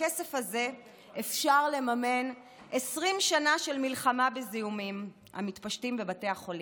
בכסף הזה אפשר לממן 20 שנה של מלחמה בזיהומים המתפשטים בבתי החולים,